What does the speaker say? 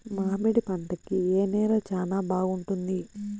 మామిడి పంట కి ఏ నేల చానా బాగుంటుంది